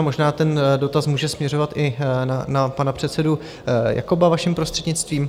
Možná ten dotaz může směřovat i na pana předsedu Jakoba, vaším prostřednictvím.